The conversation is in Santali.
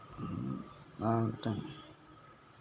ᱟᱨ ᱢᱤᱫᱴᱮᱱ